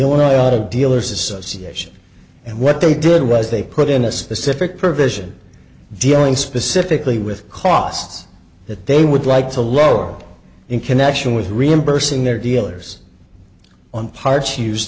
illinois dealers association and what they did was they put in a specific provision dealing specifically with costs that they would like to lower in connection with reimbursing their dealers on par